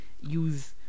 use